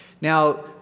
Now